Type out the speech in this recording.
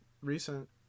recent